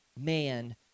man